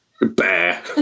Bear